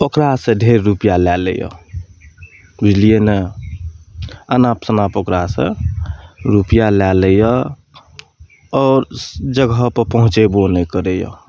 ओकरासॅं ढेर रुपैआ लए लैया बुझलियै ने अनाप सनाप ओकरासॅं रुपैआ लए लैया आओर जगहपर पहुँचैबो नहि करैया